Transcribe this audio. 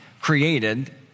created